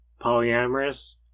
polyamorous